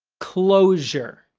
closure.